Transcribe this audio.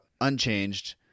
unchanged